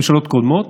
בממשלות קודמות,